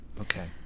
Okay